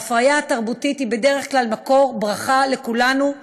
ההפריה התרבותית היא בדרך כלל מקור ברכה לכולנו,